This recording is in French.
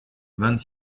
vingt